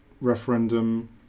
referendum